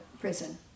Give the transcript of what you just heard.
prison